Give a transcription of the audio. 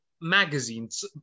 Magazines